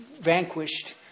vanquished